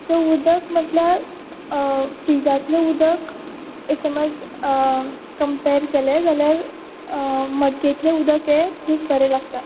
so उदक म्हटल्यार फ्रिजांतलें उदक एक समज कंपेर केले जाल्यार मडकेंतलें उदक हें खूब बरें लागता